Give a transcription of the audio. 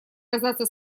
казаться